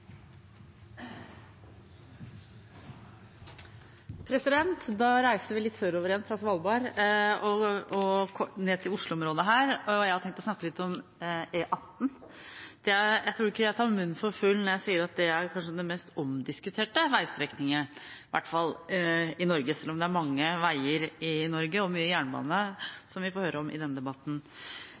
reiser vi litt sørover igjen fra Svalbard, ned til Oslo-området. Jeg har tenkt å snakke litt om E18. Jeg tror ikke jeg tar munnen for full når jeg sier at det kanskje er den mest omdiskuterte veistrekningen – i hvert fall i Norge – selv om det er mange veier og mye jernbane i Norge vi får høre om i denne debatten.